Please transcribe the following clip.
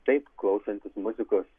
taip klausantis muzikos